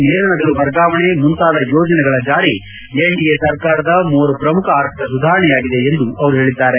ನೇರ ನಗದು ವರ್ಗಾವಣೆ ಮುಂತಾದ ಯೋಜನೆಗಳ ಜಾರಿ ಎನ್ಡಿಎ ಸರ್ಕಾರದ ಮೂವರು ಪ್ರಮುಖ ಆರ್ಥಿಕ ಸುಧಾರಣೆಯಾಗಿದೆ ಎಂದು ಅವರು ಹೇಳಿದ್ದಾರೆ